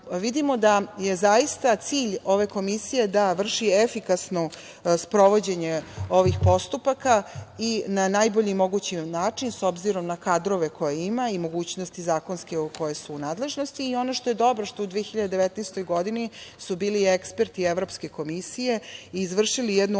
vidimo da je zaista cilj ove komisije da vrši efikasno sprovođenje ovih postupaka i na najbolji mogući način, s obzirom na kadrove koje ima i mogućnosti zakonske koje su u nadležnosti. Ono što je dobro je što su u 2019. godini bili eksperti Evropske komisije i izvršili su jednu ocenu